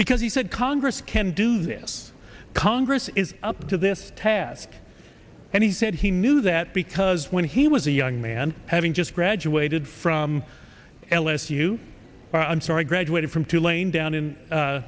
because he said congress can do this congress is up to this task and he said he knew that because when he was a young man having just graduated from l s u i'm sorry graduated from tulane down in